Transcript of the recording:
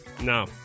No